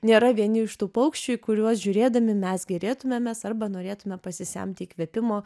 nėra vieni iš tų paukščių į kuriuos žiūrėdami mes gėrėtumėmės arba norėtume pasisemti įkvėpimo